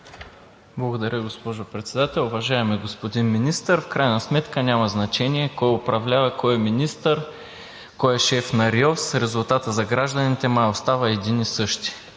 Благодаря, госпожо Председател. Уважаеми господин Министър, в крайна сметка няма значение кой управлява, кой е министър, кой е шеф на РИОСВ – резултатът за гражданите, май остава един и същи.